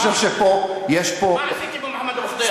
אני חושב שפה, יש פה, מה עשיתי במוחמד אבו ח'דיר?